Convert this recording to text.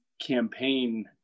campaign